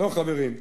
לא, חברים,